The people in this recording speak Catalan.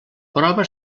prova